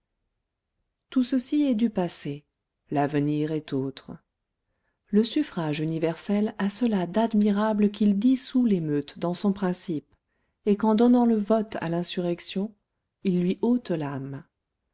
tout ceci est du passé l'avenir est autre le suffrage universel a cela d'admirable qu'il dissout l'émeute dans son principe et qu'en donnant le vote à l'insurrection il lui ôte l'arme